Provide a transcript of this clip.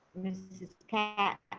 ms. katz?